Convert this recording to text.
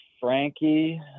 Frankie